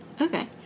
okay